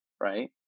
right